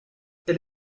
elle